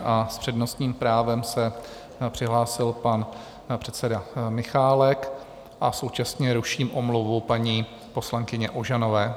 S přednostním právem se přihlásil pan předseda Michálek a současně ruším omluvu paní poslankyně Ožanové.